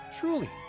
truly